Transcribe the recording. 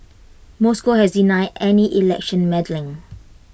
Moscow has denied any election meddling